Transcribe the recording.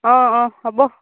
অঁ অঁ হ'ব